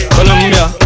Colombia